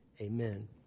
Amen